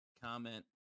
comment